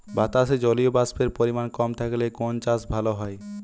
বাতাসে জলীয়বাষ্পের পরিমাণ কম থাকলে কোন চাষ ভালো হয়?